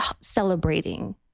celebrating